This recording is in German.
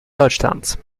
deutschlands